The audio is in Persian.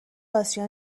آسیا